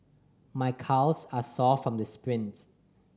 my calves are sore from the sprints